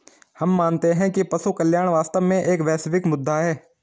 हम मानते हैं कि पशु कल्याण वास्तव में एक वैश्विक मुद्दा है